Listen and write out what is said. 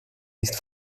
nicht